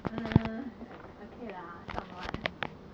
err like okay lah somewhat